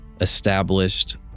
established